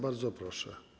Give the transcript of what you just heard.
Bardzo proszę.